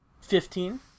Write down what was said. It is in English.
fifteen